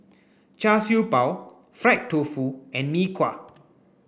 Char Siew Bao Fried Tofu and Mee Kuah